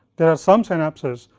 there are some synapses,